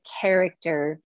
character